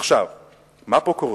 מה קורה